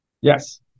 Yes